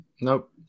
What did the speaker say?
Nope